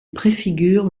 préfigure